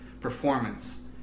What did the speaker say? performance